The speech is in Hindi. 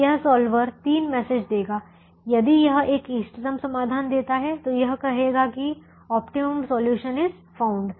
तो यह सॉल्वर तीन मैसेज देगा यदि यह एक इष्टतम समाधान देता है तो यह कहेगा कि ऑप्टिमम सॉल्यूशंस इज फाउंड